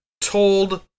told